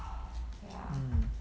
mm